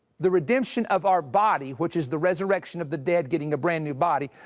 the redemption of our body, which is the resurrection of the dead, getting a brand new body,